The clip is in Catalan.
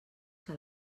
que